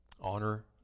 honor